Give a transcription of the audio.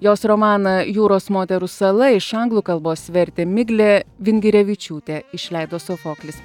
jos romaną jūros moterų sala iš anglų kalbos vertė miglė vingirevičiutė išleido sofoklis